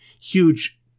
huge